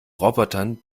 robotern